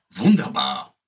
wunderbar